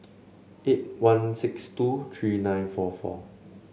eight one six two three nine four four